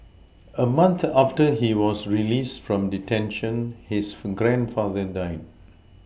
a month after he was released from detention his grandfather died